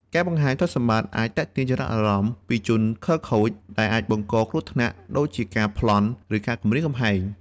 ការបង្ហាញទ្រព្យសម្បត្តិអាចទាក់ទាញចំណាប់អារម្មណ៍ពីជនខិលខូច ដែលអាចបង្កជាគ្រោះថ្នាក់ដូចជាការប្លន់ ឬការគំរាមកំហែង។